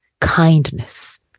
kindness